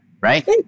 Right